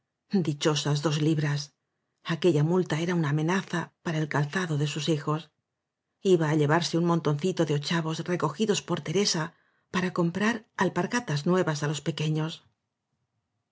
dichosas dos libras aque lla multa era una amenaza para el calzado de sus hijos iba á llevarse el montoncito de ochavos recogidos por teresa para comprar alpar gatas nuevas á los pequeños